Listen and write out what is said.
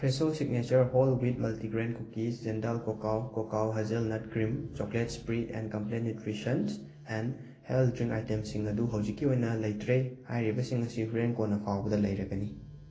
Fresho signature whole wheat multigrain cookies ꯖꯦꯟꯗꯥꯜ ꯀꯣꯀꯥꯜ ꯀꯣꯀꯥꯜ hazelnut cream chocolate spread and Complan nutrition and health drink ꯑꯥꯏꯇꯦꯝꯁꯤꯡ ꯑꯗꯨ ꯍꯧꯖꯤꯛꯀꯤ ꯑꯣꯏꯅ ꯂꯩꯇ꯭ꯔꯦ ꯍꯥꯏꯔꯤꯕꯁꯤꯡ ꯑꯁꯤ ꯍꯣꯔꯦꯟ ꯀꯣꯟꯅ ꯐꯥꯎꯕꯗ ꯂꯩꯔꯒꯅꯤ